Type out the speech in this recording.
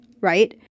right